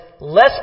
less